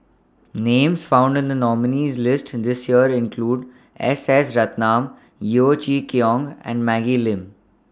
Names found in The nominees' list This Year include S S Ratnam Yeo Chee Kiong and Maggie Lim